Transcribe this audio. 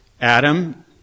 Adam